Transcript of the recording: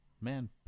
man